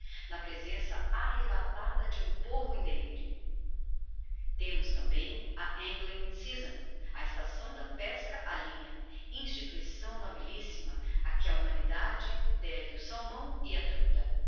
na presença arrebatada de um povo em delirio temos tambem a angling season a estação da pesca á linha instituição nobilissima a que a humanidade deve o salmão e a truta